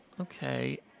Okay